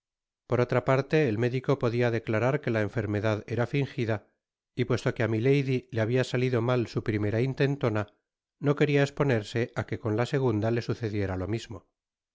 por otra parte el médico podia declarar que la enfermedad era fingida y puesto que á milady le habia salido f content from google book search generated at mal su primera intentona no queria esponerse á que con ta segunda le sucediera lo mismo